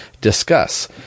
discuss